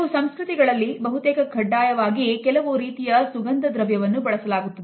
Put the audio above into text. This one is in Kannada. ಕೆಲವು ಸಂಸ್ಕೃತಿಗಳಲ್ಲಿ ಬಹುತೇಕ ಕಡ್ಡಾಯವಾಗಿ ಕೆಲವು ರೀತಿಯ ಸುಗಂಧದ್ರವ್ಯವನ್ನು ಬಳಸಲಾಗುತ್ತದೆ